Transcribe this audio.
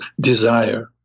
desire